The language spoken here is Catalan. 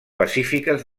pacífiques